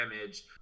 damage